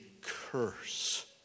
curse